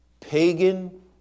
pagan